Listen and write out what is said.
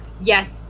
Yes